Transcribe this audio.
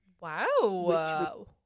Wow